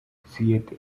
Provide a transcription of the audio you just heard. siete